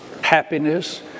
happiness